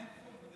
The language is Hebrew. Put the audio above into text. מאיפה?